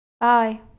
Bye